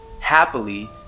happily